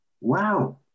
wow